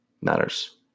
matters